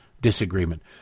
disagreement